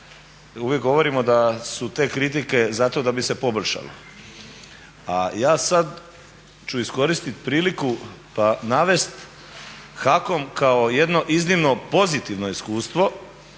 uvijek govorimo da su te kritike zato da bi se poboljšalo. A ja sad ću iskoristi priliku pa navesti HAKOM kao jedno iznimno pozitivno iskustvo